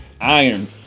Iron